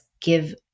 give